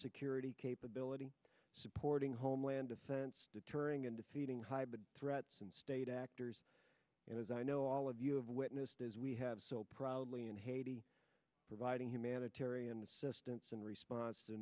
security capability supporting homeland defense deterring and defeating high but threats and state actors and as i know all of you have witnessed as we have so proudly in haiti providing humanitarian assistance in response to